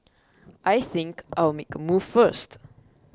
I think I'll make a move first